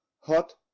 hot